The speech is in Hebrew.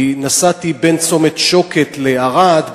כי נסעתי בין צומת שוקת לערד,